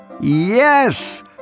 yes